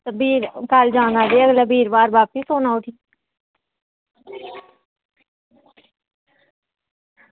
बीर कल्ल जाना ते अगले बीरवार बापस औना उठी